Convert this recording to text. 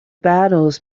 battles